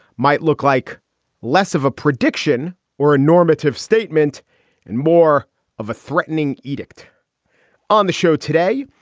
might look like less of a prediction or a normative statement and more of a threatening edict on the show today.